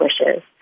wishes